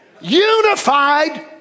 unified